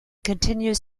continues